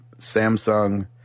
Samsung